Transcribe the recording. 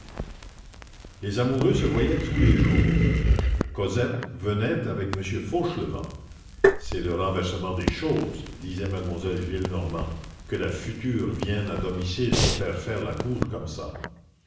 les amoureux se voyaient tous les jours cosette venait avec m fauchelevent c'est le renversement des choses disait mademoiselle gillenormand que la future vienne à domicile se faire faire la cour comme ça